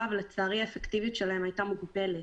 ולצערי האפקטיביות שלהם הייתה מוגבלת.